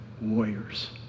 warriors